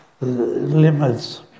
limits